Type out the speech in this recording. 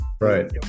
Right